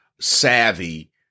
savvy